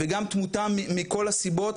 וגם תמותה מכל הסיבות.